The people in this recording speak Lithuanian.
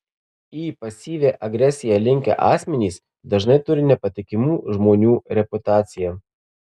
į pasyvią agresiją linkę asmenys dažnai turi nepatikimų žmonių reputaciją